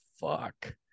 fuck